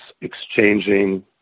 exchanging